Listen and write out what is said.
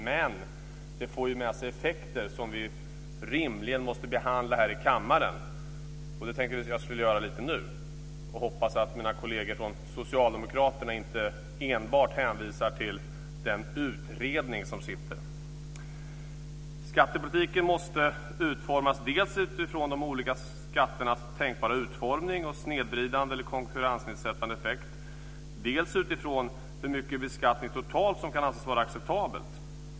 Men det för ju med sig effekter som vi rimligen måste behandla här i kammaren. Jag tänkte göra just det nu. Jag hoppas att mina kolleger från Socialdemokraterna då inte enbart hänvisar till den sittande utredningen. Skattepolitiken måste utformas dels utifrån de olika skatternas tänkbara utformning och snedvridande eller konkurrensnedsättande effekt, dels utifrån hur mycket beskattning totalt som kan anses vara acceptabelt.